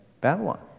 Babylon